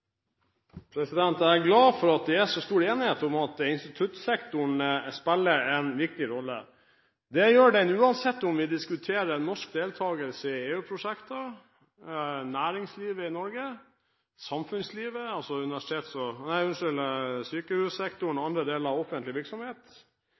BNP. Jeg er glad for at det er så stor enighet om at instituttsektoren spiller en viktig rolle. Det gjør den uansett om vi diskuterer norsk deltagelse i EU-prosjekter, næringslivet i Norge eller samfunnslivet – altså sykehussektoren og